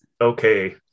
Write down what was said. okay